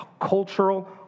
cultural